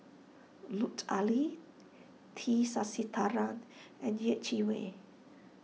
Lut Ali T Sasitharan and Yeh Chi Wei